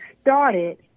started